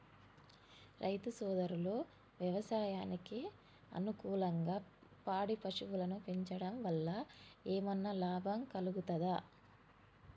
రైతు సోదరులు వ్యవసాయానికి అనుకూలంగా పాడి పశువులను పెంచడం వల్ల ఏమన్నా లాభం కలుగుతదా?